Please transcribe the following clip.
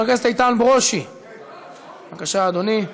חבר הכנסת איתן ברושי, בבקשה, אדוני.